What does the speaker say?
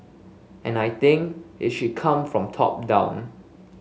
and I think it should come from top down